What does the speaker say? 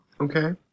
Okay